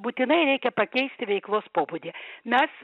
būtinai reikia pakeisti veiklos pobūdį mes